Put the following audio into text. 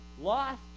Lost